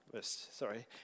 Sorry